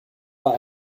bei